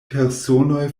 personoj